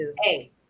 hey